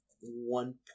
one